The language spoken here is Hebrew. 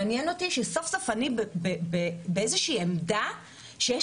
מעניין אותי שסוף סוף אני באיזושהי עמדה שיש